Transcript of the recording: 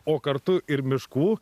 o kartu ir miškų